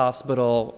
hospital